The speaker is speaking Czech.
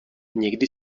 někdy